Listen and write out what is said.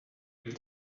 wake